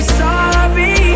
sorry